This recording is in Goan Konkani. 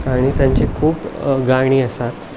आनी तांची खूब गाणी आसात